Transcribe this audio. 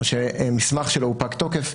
או שמסמך שלו הוא פג תוקף,